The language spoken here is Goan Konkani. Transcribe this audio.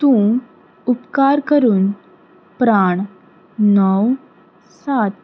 तूं उपकार करून प्राण णव सात